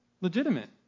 Legitimate